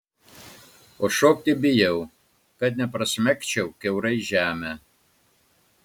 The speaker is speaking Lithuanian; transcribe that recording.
o šokti bijau kad neprasmegčiau kiaurai žemę